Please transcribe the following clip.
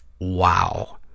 Wow